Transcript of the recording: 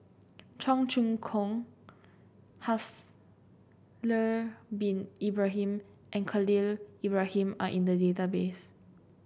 Cheong Choong Kong Haslir Bin Ibrahim and Khalil Ibrahim are in the database